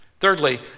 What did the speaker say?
Thirdly